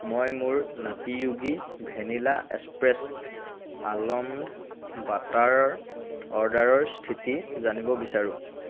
মই মোৰ Nutty Yogi vanilla espresso almond বাটাৰৰ অৰ্ডাৰৰ স্থিতি জানিব বিচাৰোঁ